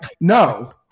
no